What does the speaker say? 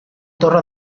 torre